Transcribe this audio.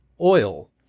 oil